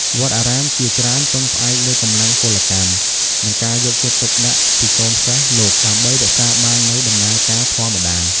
វត្តអារាមជាច្រើនពឹងផ្អែកលើកម្លាំងពលកម្ម និងការយកចិត្តទុកដាក់ពីកូនសិស្សលោក ដើម្បីរក្សាបាននូវដំណើរការធម្មតា។